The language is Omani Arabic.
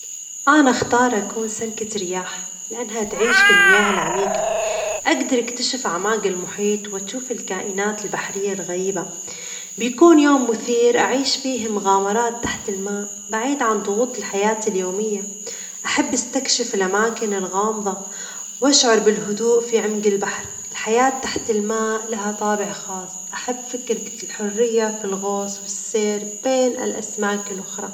أنا أختار أكون سمكة رياح لأنها تعيش في المياه العميجة، أجدر أكتشف أعماج المحيط وأشوف الكائنات البحرية الغريبة، بيكون يوم مثير أعيش فيه مغامرات تحت الماء بعيد عن ضغوط الحياة اليومية ،أحب أستكشف الأماكن الغامضة، وأشعر بالهدوء في عمج البحر، الحياة تحت الماء لها طابع خاص، أحب فكرة الحرية في الغوص والسير بين الأسماك الأخرى.